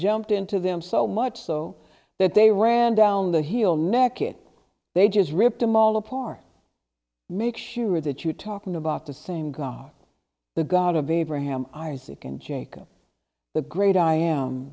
jumped into them so much so that they ran down the hill neck it they just ripped them all up or make sure that you are talking about the same god the god of abraham isaac and jacob the great i am